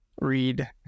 read